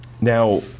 Now